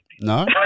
No